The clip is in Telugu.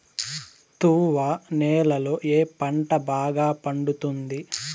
తువ్వ నేలలో ఏ పంట బాగా పండుతుంది?